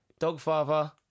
Dogfather